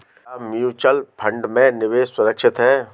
क्या mutual fund unit में निवेश सुरक्षित है?